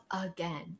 again